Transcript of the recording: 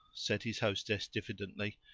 said his hostess diffidently.